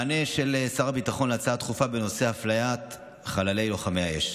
מענה שר הביטחון להצעה דחופה בנושא: אפליית חללי לוחמי האש.